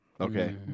Okay